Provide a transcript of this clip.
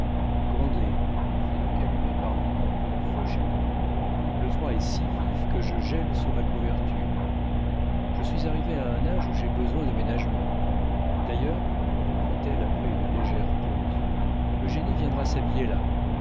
fais donc allumer par nanon un peu de feu chez moi le froid est si vif que je gèle sous ma couverture je suis arrivée à un âge où j'ai besoin de ménagements d'ailleurs reprit-elle après une légère pause eugénie viendra s'habiller là